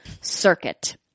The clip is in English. Circuit